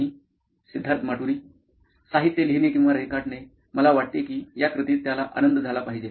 सिद्धार्थ माटुरी मुख्य कार्यकारी अधिकारी नॉइन इलेक्ट्रॉनिक्स साहित्य लिहिणे किंवा रेखाटने मला वाटते की या कृतीत त्याला आनंद झाला पाहिजे